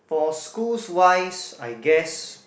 for schools wise I guess